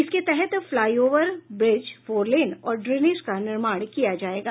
इसके तहत flyover bridge four lane और ड्रेनेज का निर्माण किया जायेगा